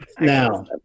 Now